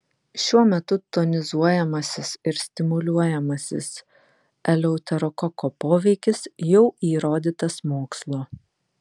šiuo metu tonizuojamasis ir stimuliuojamasis eleuterokoko poveikis jau įrodytas mokslo